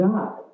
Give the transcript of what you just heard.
God